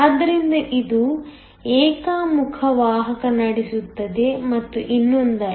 ಆದ್ದರಿಂದ ಇದು ಏಕಮುಖ ವಾಹಕ ನಡೆಸುತ್ತದೆ ಮತ್ತು ಇನ್ನೊಂದಲ್ಲ